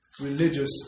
religious